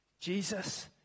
Jesus